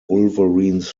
wolverines